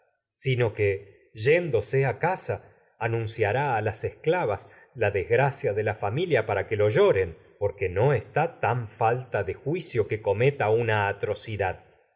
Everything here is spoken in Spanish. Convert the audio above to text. sino que yéndose de anunciará las esclavas desgracia la familia para que lo lloren porque cidad no está tan falta de juicio que cometa una